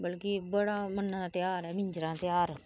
मतलब कि बड़ा मन्ने दा ध्यार ऐ मिजंरे दा ध्यार